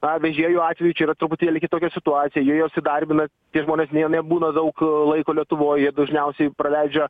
na vežėjų atveju čia yra truputėlį kitokia situacija jie juos įdarbina tie žmonės ne nebūna daug laiko lietuvoj jie dažniausiai praleidžia